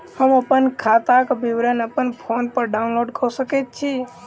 हम अप्पन खाताक विवरण अप्पन फोन पर डाउनलोड कऽ सकैत छी?